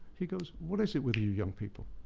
he goes, what is it with you young people?